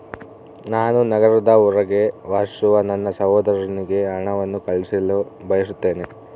ನಾನು ನಗರದ ಹೊರಗೆ ವಾಸಿಸುವ ನನ್ನ ಸಹೋದರನಿಗೆ ಹಣವನ್ನು ಕಳುಹಿಸಲು ಬಯಸುತ್ತೇನೆ